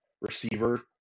receiver